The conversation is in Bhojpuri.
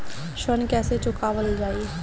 ऋण कैसे चुकावल जाई?